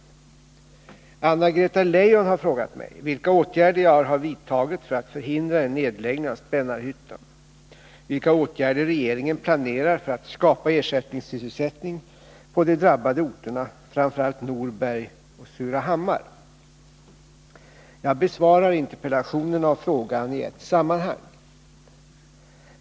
Anna-Greta Leijon har frågat mig — vilka åtgärder jag har vidtagit för att förhindra en nedläggning av Spännarhyttan och Jag besvarar interpellationerna och frågan i ett sammanhang.